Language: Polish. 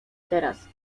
teraz